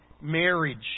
marriage